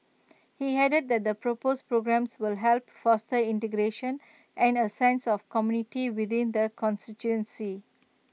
he added that the proposed programmes will help foster integration and A sense of community within the constituency